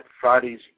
Friday's